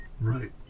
right